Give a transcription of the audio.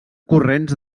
corrents